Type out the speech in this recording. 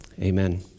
amen